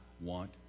want